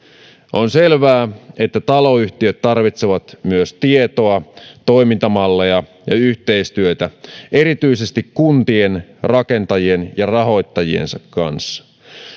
on selvää että taloyhtiöt tarvitsevat myös tietoa toimintamalleja ja yhteistyötä erityisesti kuntien rakentajien ja rahoittajiensa kanssa